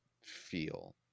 feel